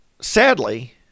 sadly